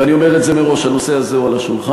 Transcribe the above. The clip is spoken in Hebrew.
ואני אומר את זה מראש, הנושא הזה הוא על השולחן.